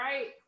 right